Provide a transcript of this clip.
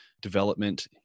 development